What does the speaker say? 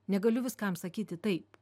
negaliu viskam sakyti taip